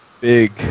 big